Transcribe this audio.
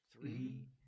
three